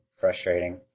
frustrating